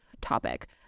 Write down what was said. topic